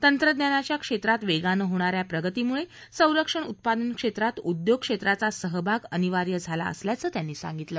तंत्रज्ञानाच्या क्षेत्रात वेगानं होणा या प्रगतीमुळे संरक्षण उत्पादन क्षेत्रात उद्योग क्षेत्राचा सहभाग अनिवार्य झाला असल्याचं त्यांनी सांगितलं